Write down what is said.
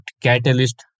Catalyst